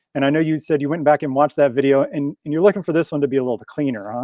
and i know you said you went back and watch that video and and you're looking for this one to be a little bit cleaner, um